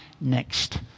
next